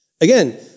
Again